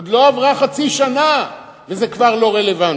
עוד לא עברה חצי שנה וזה כבר לא רלוונטי,